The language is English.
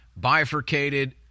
bifurcated